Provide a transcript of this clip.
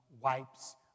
wipes